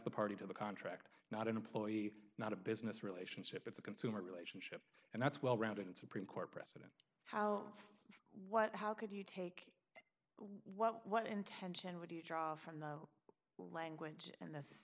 the party to the contract not an employee not a business relationship it's a consumer relationship and that's well grounded in supreme court precedent how what how could you take well what intention would you draw from the language in this